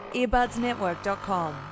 Earbudsnetwork.com